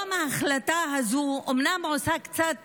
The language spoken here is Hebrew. היום ההחלטה הזאת אומנם עושה קצת